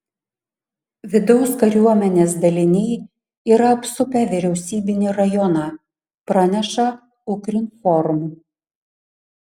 vidaus kariuomenės daliniai yra apsupę vyriausybinį rajoną praneša ukrinform